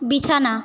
বিছানা